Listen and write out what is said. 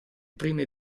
prime